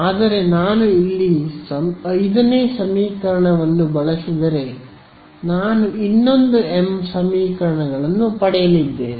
ಆದರೆ ನಾನು ಇಲ್ಲಿ 5 ರ ಸಮೀಕರಣವನ್ನು ಬಳಸಿದರೆ ನಾನು ಇನ್ನೊಂದು ಎಂ ಸಮೀಕರಣಗಳನ್ನು ಪಡೆಯಲಿದ್ದೇನೆ